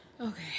okay